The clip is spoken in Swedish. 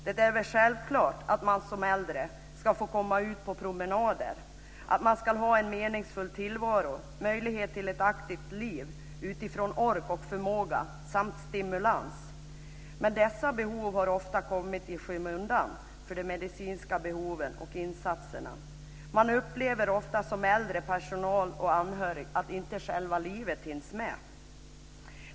Det är självklart att man som äldre ska få komma ut på promenader, att man ska ha en meningsfull tillvaro, möjlighet till ett aktivt liv utifrån ork och förmåga samt stimulans. Men dessa behov har ofta kommit i skymundan för de medicinska behoven och insatserna. Man upplever ofta som äldre, personal och anhörig att själva livet inte hinns med.